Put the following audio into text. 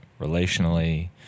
relationally